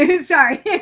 Sorry